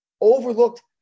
overlooked